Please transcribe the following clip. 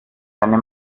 seine